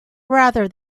rather